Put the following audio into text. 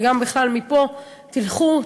וגם בכלל מפה: תלכו,